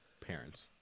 parents